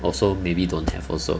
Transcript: also maybe don't have also